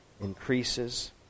increases